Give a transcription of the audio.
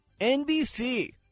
NBC